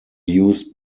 used